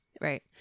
Right